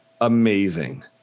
amazing